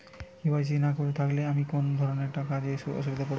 KYC না থাকলে আমি কোন কোন ধরনের কাজে অসুবিধায় পড়ব?